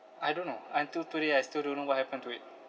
I don't know until today I still don't know what happened to it